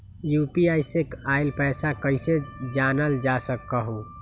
UPI से आईल पैसा कईसे जानल जा सकहु?